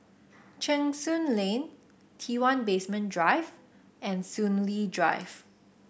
Cheng Soon Lane T one Basement Drive and Soon Lee Drive